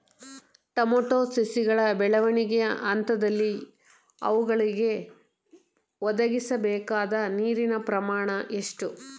Tomato ಸಸಿಗಳ ಬೆಳವಣಿಗೆಯ ಹಂತದಲ್ಲಿ ಅವುಗಳಿಗೆ ಒದಗಿಸಲುಬೇಕಾದ ನೀರಿನ ಪ್ರಮಾಣ ಎಷ್ಟು?